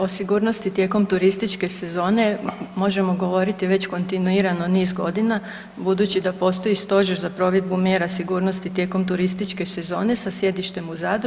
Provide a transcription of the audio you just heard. O sigurnosti tijekom turističke sezone možemo govoriti već kontinuirano niz godina budući da postoje Stožer za provedbu mjera sigurnosti tijekom turističke sezone sa sjedištem u Zadru.